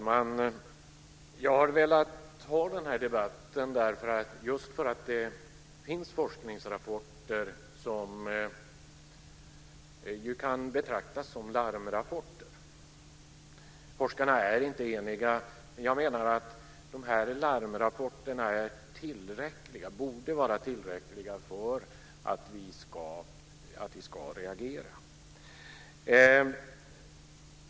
Fru talman! Jag ville ha den här debatten just därför att det finns forskningsrapporter som kan betraktas som larmrapporter. Forskarna är inte eniga, men jag menar att de här larmrapporterna borde vara tillräckliga för att vi ska reagera.